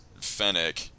Fennec